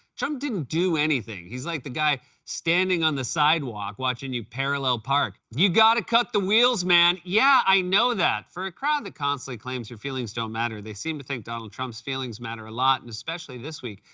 trump didn't do anything. he's like the guy standing on the sidewalk, watching you parallel park. you got to cut the wheels, man. yeah, i know that! for a crowd that constantly claims your feelings don't matter, they seem to think donald trump's feelings matter a lot, and especially this week,